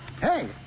Hey